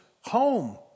home